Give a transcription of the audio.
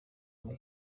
muri